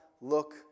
look